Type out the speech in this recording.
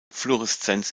fluoreszenz